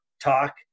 talk